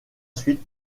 suite